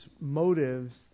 motives